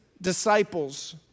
disciples